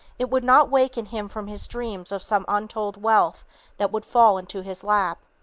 it would not waken him from his dreams of some untold wealth that would fall into his lap.